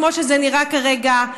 כמו שזה נראה כרגע,